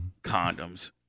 Condoms